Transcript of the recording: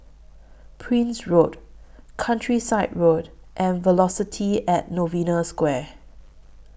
Prince Road Countryside Road and Velocity At Novena Square